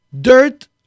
Dirt